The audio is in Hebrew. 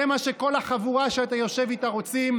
זה מה שכל החבורה שאתה יושב איתה רוצה,